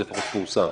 כך פורסם.